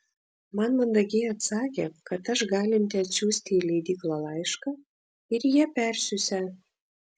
man mandagiai atsakė kad aš galinti atsiųsti į leidyklą laišką ir jie persiųsią